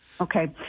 Okay